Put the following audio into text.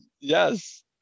yes